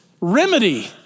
remedy